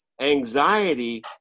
Anxiety